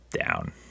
down